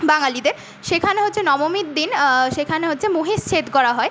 বাঙালিদের সেখানে হচ্ছে নবমীর দিন সেখানে হচ্ছে মহিষ ছেদ করা হয়